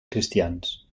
cristians